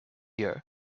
year